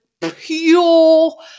pure